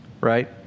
right